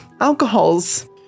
alcohols